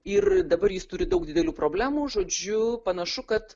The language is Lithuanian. ir dabar jis turi daug didelių problemų žodžiu panašu kad